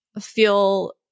feel